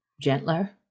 gentler